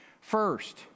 First